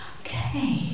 Okay